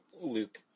Luke